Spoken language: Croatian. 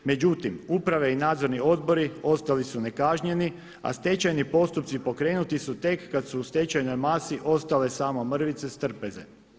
Međutim, uprave i nadzorni odbori ostali su nekažnjeni, a stečajni postupci poreknuti su tek kada su u stečajnom masi ostale samo mrvice s trpeze.